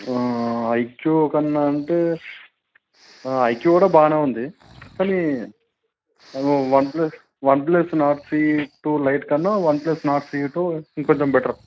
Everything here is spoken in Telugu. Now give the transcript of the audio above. ఐక్యూ కన్నా అంటే ఐక్యూ కూడా బాగానే ఉంది కానీ OnePlus OnePlus Nord CE two lite కన్నా OnePlus Nord CE two ఇంకొంచెం బెటర్